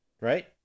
right